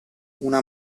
una